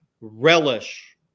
relish